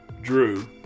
Drew